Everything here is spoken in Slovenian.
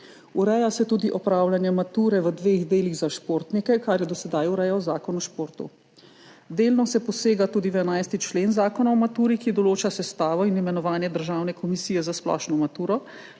Ureja se tudi opravljanje mature v dveh delih za športnike, kar je do sedaj urejal Zakon o športu. Delno se posega tudi v 11. člen Zakona o maturi, ki določa sestavo in imenovanje državne komisije za splošno maturo